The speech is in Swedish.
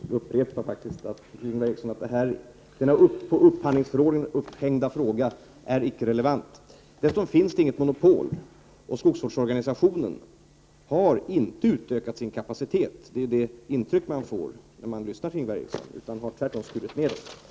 Herr talman! Jag upprepar, Ingvar Eriksson, att denna på upphandlingsförordningen upphängda fråga icke är relevant. Det finns inget monopol. Skogsvårdsorganisationen har inte utökat sin kapacitet. När man lyssnar till Ingvar Eriksson får man dock ett intryck av att motsatsen gäller. I stället har man skurit ned sin organisation.